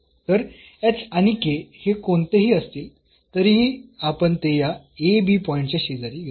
तर आणि हे कोणतेही असतील तरीही आपण ते या पॉईंटच्या शेजारी घेतो